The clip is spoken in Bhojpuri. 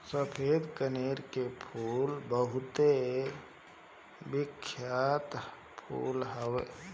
सफ़ेद कनेर के फूल बहुते बिख्यात फूल हवे